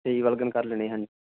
ਕਰ ਲੈਨੇ ਹਾਂਜੀ